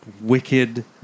wicked